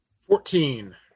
Fourteen